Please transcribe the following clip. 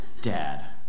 Dad